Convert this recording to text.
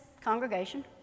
congregation